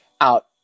out